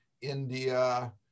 India